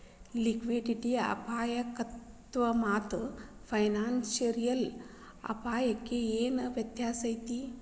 Liquidity ಅಪಾಯಕ್ಕಾಮಾತ್ತ financial ಅಪ್ಪಾಯಕ್ಕ ಏನ್ ವ್ಯತ್ಯಾಸೈತಿ?